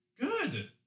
Good